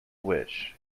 wish